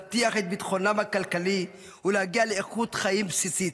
להבטיח את ביטחונם הכלכלי ולהגיע לאיכות חיים בסיסית.